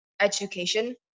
education